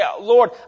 Lord